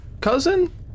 cousin